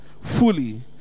fully